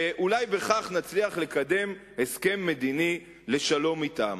ואולי בכך נצליח לקדם הסכם מדיני לשלום אתם.